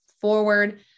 forward